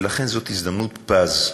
ולכן זאת הזדמנות פז,